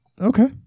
Okay